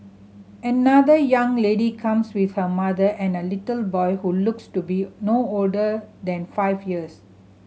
another young lady comes with her mother and a little boy who looks to be no older than five years